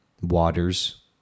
waters